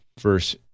verse